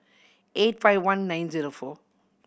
eight five one nine zero four